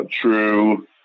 true